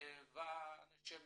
ואנשי מקצוע.